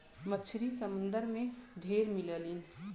मछरी समुंदर में ढेर मिललीन